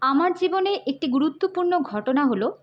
আমার জীবনে একটি গুরুত্বপূর্ণ ঘটনা হলো